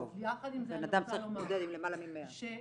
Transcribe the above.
טוב, בנאדם צריך להתמודד עם למעלה מ-100.